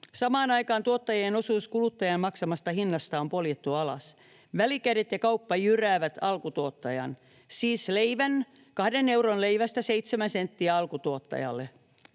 Samaan aikaan tuottajien osuus kuluttajan maksamasta hinnasta on poljettu alas. Välikädet ja kauppa jyräävät alkutuottajan: siis 2 euron leivästä 7 senttiä alkutuottajalle.